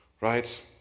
Right